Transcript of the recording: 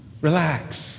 Relax